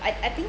I I think